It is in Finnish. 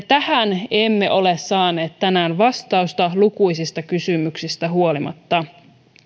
tähän emme ole saaneet tänään vastausta lukuisista kysymyksistä huolimatta